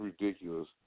ridiculous